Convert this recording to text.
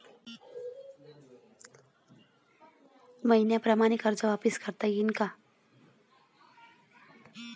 मईन्याप्रमाणं मले कर्ज वापिस करता येईन का?